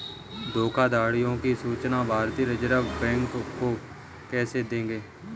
धोखाधड़ियों की सूचना भारतीय रिजर्व बैंक को कैसे देंगे?